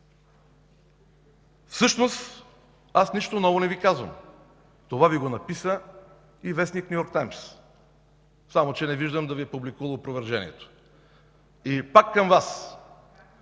Всъщност аз нищо ново не Ви казвам. Това Ви го написа и вестник „Ню Йорк таймс”, само че не виждам да Ви е публикувал опровержението. И пак към Вас: